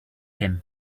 him